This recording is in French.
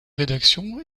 rédaction